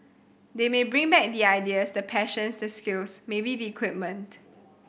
they may bring back the ideas the passions the skills maybe the equipment